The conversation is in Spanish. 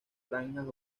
franjas